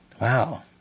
Wow